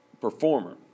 performer